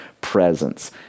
presence